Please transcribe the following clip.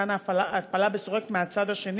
לאט, לאט, גברתי.